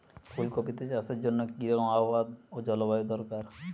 ফুল কপিতে চাষের জন্য কি রকম আবহাওয়া ও জলবায়ু দরকার?